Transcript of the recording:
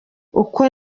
uko